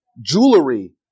jewelry